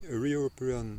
european